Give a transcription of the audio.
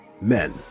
Men